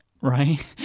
right